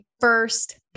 first